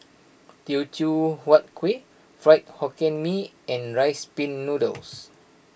Teochew Huat Kuih Fried Hokkien Mee and Rice Pin Noodles